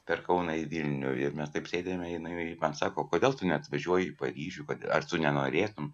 per kauną į vilnių ir mes taip sėdime jinai man sako kodėl tu neatvažiuoji į paryžių kodėl ar tu nenorėtum